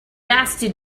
nasty